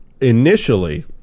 initially